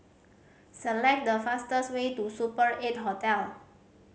select the fastest way to Super Eight Hotel